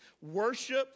worship